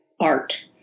art